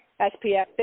SPF